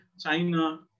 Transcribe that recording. China